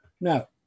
Now